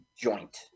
joint